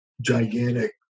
gigantic